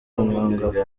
umwangavu